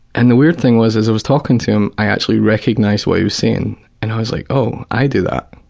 and the weird thing was, as i was talking to him, i actually recognized what he was saying, and i was like oh, i do that.